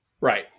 Right